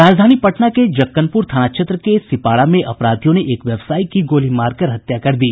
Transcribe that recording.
राजधानी पटना के जक्कनपुर थाना क्षेत्र के सिपारा में अपराधियों ने एक व्यवसायी की गोली मारकर हत्या कर दी